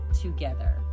together